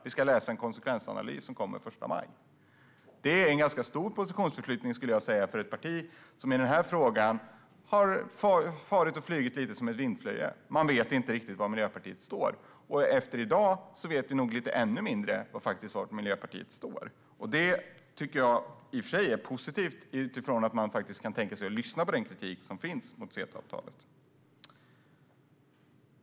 Vi ska läsa en konsekvensanalys som kommer den 1 maj. Det är en ganska stor positionsförflyttning, skulle jag säga, för ett parti som i denna fråga har farit och flugit lite som en vindflöjel. Man vet inte riktigt var Miljöpartiet står. Och efter i dag vet vi nog ännu mindre. Det tycker jag i och för sig är positivt - man kan faktiskt tänka sig att lyssna på den kritik mot CETA-avtalet som finns.